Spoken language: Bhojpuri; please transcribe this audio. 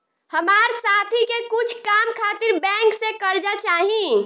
हमार साथी के कुछ काम खातिर बैंक से कर्जा चाही